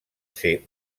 ser